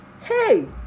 Hey